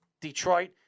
Detroit